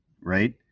right